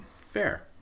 Fair